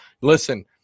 listen